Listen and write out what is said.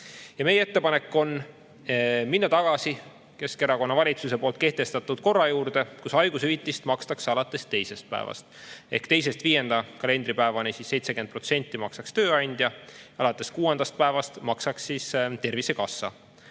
Meie ettepanek on minna tagasi Keskerakonna valitsuse kehtestatud korra juurde, mille järgi haigushüvitist makstakse alates teisest päevast, teisest viienda kalendripäevani maksaks 70% tööandja ja alates kuuendast päevast maksaks Tervisekassa.